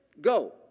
go